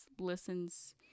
listens